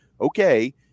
okay